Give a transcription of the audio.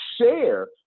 share